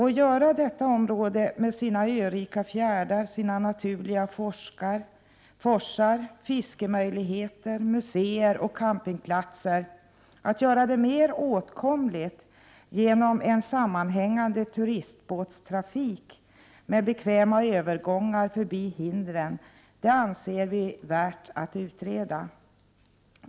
Att göra detta område, med dess örika fjärdar, naturliga forsar, fiskemöjligheter, museer och campingplatser, mer åtkomligt genom en sammanhängande turistbåtstrafik med bekväma övergångar förbi hindren, anser vi värt att utreda.